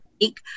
week